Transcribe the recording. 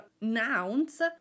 nouns